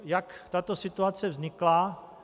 Jak tato situace vznikla?